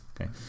Okay